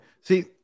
See